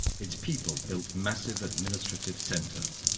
its people built massive administrative centers,